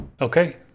Okay